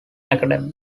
academy